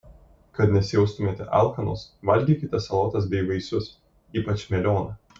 kad nesijaustumėte alkanos valgykite salotas bei vaisius ypač melioną